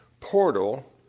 portal